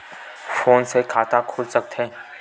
Phone से खाता खुल सकथे?